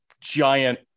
giant